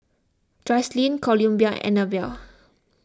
Jocelyne Columbia and Annabelle